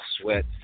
sweat